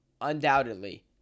Undoubtedly